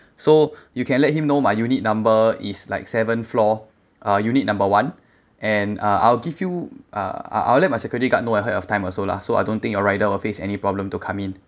so you can let him know my unit number is like seventh floor uh unit number one and uh I'll give you uh uh I'll let my security guard know ahead of time also lah so I don't think your rider will face any problem to come in